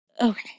Okay